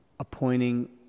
Appointing